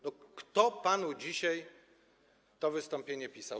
No kto panu dzisiaj to wystąpienie pisał?